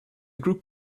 group